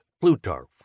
Plutarch